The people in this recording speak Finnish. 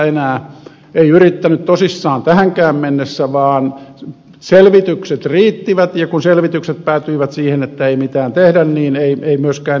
ei yrittänyt tosissaan tähänkään mennessä vaan selvitykset riittivät ja kun selvitykset päätyivät siihen että ei mitään tehdä niin ei myöskään ehtoja asetettu